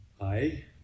Hi